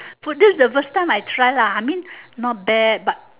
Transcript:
but this is first time I try lah I mean not bad but